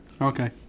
Okay